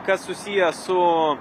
kas susiję su